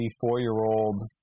four-year-old